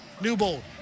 Newbold